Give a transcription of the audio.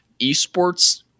esports